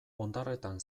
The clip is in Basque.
ondarretan